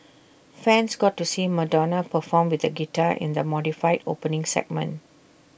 fans got to see Madonna perform with A guitar in the modified opening segment